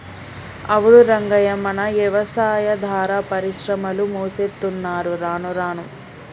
అవును రంగయ్య మన యవసాయాదార పరిశ్రమలు మూసేత్తున్నరు రానురాను